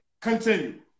Continue